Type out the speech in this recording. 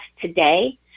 today